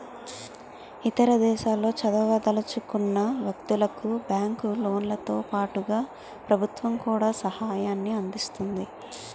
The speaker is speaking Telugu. ఇతర దేశాల్లో చదవదలుచుకున్న వ్యక్తులకు బ్యాంకు లోన్లతో పాటుగా ప్రభుత్వం కూడా సహాయాన్ని అందిస్తుంది